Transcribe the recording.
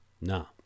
no